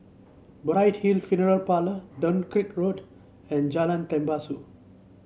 Bright Hill Funeral Parlour Dunkirk Road and Jalan Tembusu